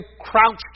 crouched